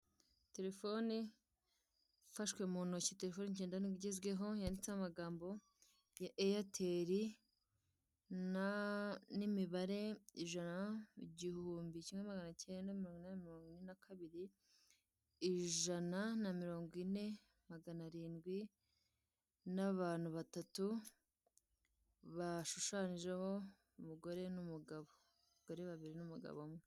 Ku ihaha akadomo ra wa uragezwaho ibyo watumije byose cyangwa ugahamagara kuri zeru karindwi, umunani, umunani, makumyabiri n'icyenda, cumi na kane zeru kabiri.